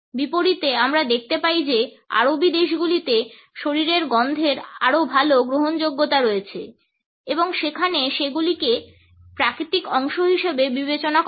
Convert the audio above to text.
বিপরীতে আমরা দেখতে পাই যে আরবি দেশগুলিতে শরীরের গন্ধের আরও ভাল গ্রহণযোগ্যতা রয়েছে এবং সেখানে সেগুলিকে প্রাকৃতিক অংশ হিসাবে বিবেচনা করা হয়